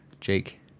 Jake